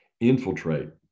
infiltrate